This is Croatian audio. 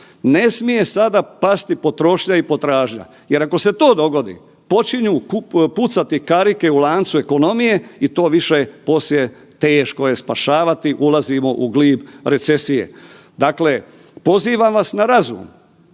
Ne smije sada pasti potrošnja i potražnja jer ako se to dogodi počinju pucati karike u lancu ekonomije i to više poslije teško je spašavati, ulazimo u glib recesije. Dakle, pozivam vas na razum.